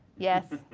yes,